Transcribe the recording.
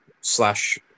slash